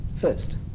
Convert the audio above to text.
first